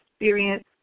experience